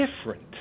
different